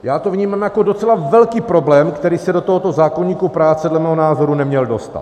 Já to vnímám jako docela velký problém, který se do tohoto zákoníku práce dle mého názoru neměl dostat.